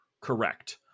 Correct